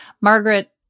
margaret